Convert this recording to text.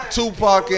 Tupac